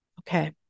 Okay